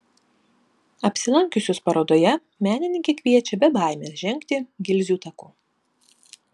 apsilankiusius parodoje menininkė kviečia be baimės žengti gilzių taku